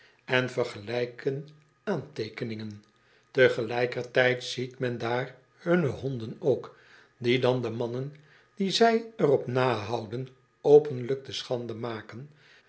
en vergelijken aanteekeningen tegelijkertijd ziet men daar hunne honden ook die dan de mannen die zij er op nahouden openlijk te schande maken